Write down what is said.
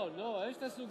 לא, לא, אין שני סוגים.